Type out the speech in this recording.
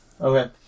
Okay